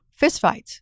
fistfights